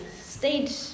stayed